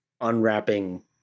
unwrapping